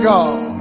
God